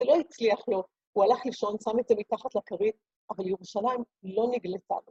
זה לא הצליח לו, הוא הלך לישון, שם את זה מתחת לכרית, אבל ירושלים לא נגלתה לו.